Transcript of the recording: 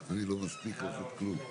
אני מגיע כל כך ענייני לדברים הללו.